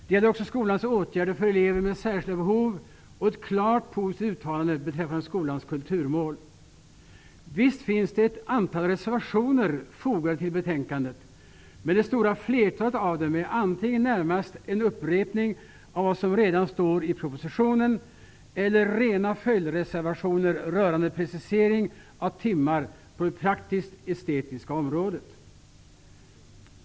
Det gäller också skolans åtgärder för elever med särskilda behov och ett klart positivt uttalande beträffande skolans kulturmål. Visst finns det ett antal reservationer fogade till betänkandet, men det stora flertalet av dem är antingen närmast en upprepning av vad som redan står i propositionen eller rena följdreservationer rörande precisering av timmar på det praktiskt-estetiska området.